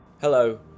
Hello